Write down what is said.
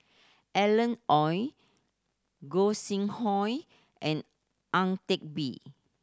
Alan Oei Gog Sing Hooi and Ang Teck Bee